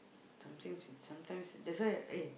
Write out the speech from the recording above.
something it's sometimes it's that's why eh